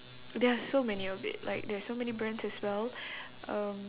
there are so many of it like there's so many brands as well um